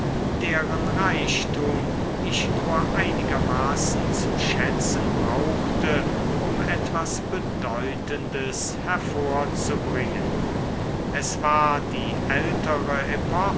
deren reichtum ich nur einigermaßen zu schätzen brauchte um etwas bedeutendes hervorzubringen es war die ältere